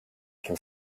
can